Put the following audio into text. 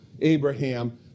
Abraham